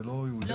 זה לא תפקידנו.